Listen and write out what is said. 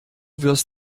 wirst